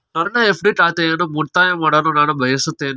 ನನ್ನ ಎಫ್.ಡಿ ಖಾತೆಯನ್ನು ಮುಕ್ತಾಯ ಮಾಡಲು ನಾನು ಬಯಸುತ್ತೇನೆ